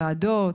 ועדות,